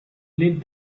lit